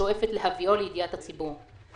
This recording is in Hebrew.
והיא שואפת להביאו לידיעת הציבור.